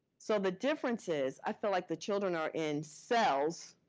so the difference is, i feel like the children are in cells.